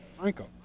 Franco